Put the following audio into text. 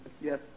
Yes